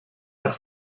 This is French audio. par